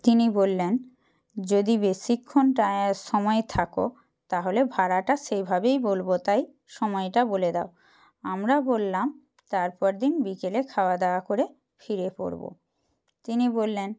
তিনি বললেন যদি বেশিক্ষণ সময় থাকো তাহলে ভাড়াটা সেইভাবেই বলবো তাই সময়টা বলে দাও আমরা বললাম তার পরদিন বিকেলে খাওয়াদাওয়া করে ফিরে পড়বো তিনি বললেন